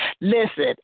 listen